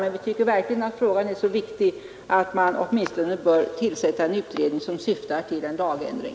Jag tycker verkligen att frågan är så viktig att man åtminstone bör tillsätta en utredning som syftar till lagändring.